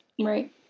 right